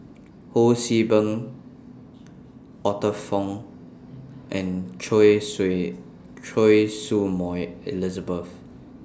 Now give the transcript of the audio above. Ho See Beng Arthur Fong and Choy Choy Su Moi Elizabeth